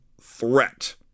Threat